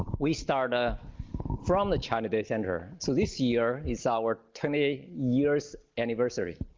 we start ah from the china data center. so this year is our twenty years anniversary.